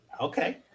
Okay